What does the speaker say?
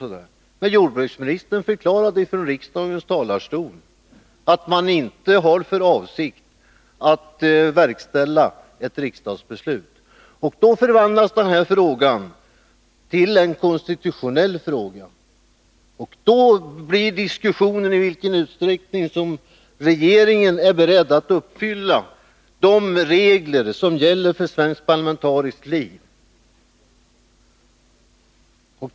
Men jordbruksministern förklarade från riksdagens talarstol att haninte har för avsikt att verkställa ett riksdagsbeslut. Därmed förvandlas denna fråga till en konstitutionell fråga. Och då blir detta en diskussion om i vilken utsträckning regeringen är beredd att uppfylla de regler som gäller för svenskt parlamentariskt liv.